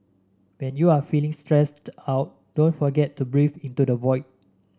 when you are feeling stressed out don't forget to breathe into the void